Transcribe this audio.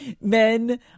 men